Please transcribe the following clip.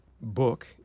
book